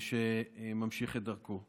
שממשיך את דרכו.